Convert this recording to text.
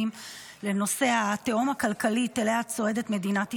בנושא התהום הכלכלית שאליה צועדת מדינת ישראל.